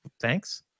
thanks